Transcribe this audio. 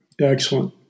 Excellent